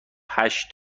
هشت